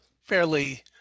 fairly